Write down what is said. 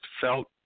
felt